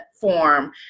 form